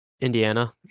indiana